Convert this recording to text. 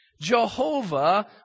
Jehovah